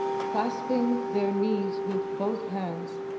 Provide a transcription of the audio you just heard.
clasping their knees with both hands,